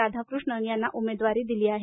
राधाकृष्णन यांना उमेदवारी दिली आहे